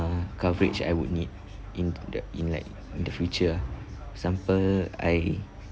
coverage I would need in the in like the future ah for example I